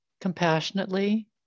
compassionately